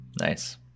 nice